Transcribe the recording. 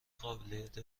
قابلیت